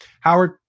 Howard